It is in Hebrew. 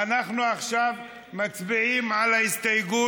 ציפי לבני,